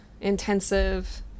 intensive